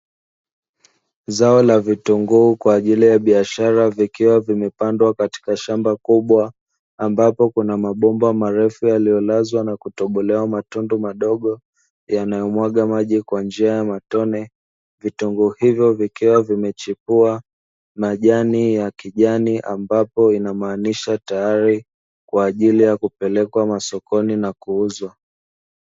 Zao la vitunguu kwa ajili ya biashara vikiwa vimepandwa katika shamba kubwa, ambapo kuna mabomba marefu yaliyolazwa na kutobolewa matundu madogo yanayomwaga maji kwa njia ya matone, vitunguu hivyo vikiwa vimechipua majani ya kijani ambapo inamaanisha tayari kwa ajili ya kupelekwa masokoni na kuuzwa.